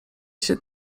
się